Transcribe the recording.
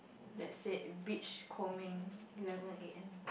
that said beach combing eleven A_M